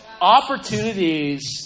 opportunities